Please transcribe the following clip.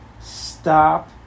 stop